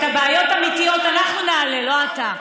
את הבעיות האמיתיות אנחנו נעלה, לא אתה.